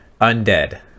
undead